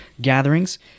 gatherings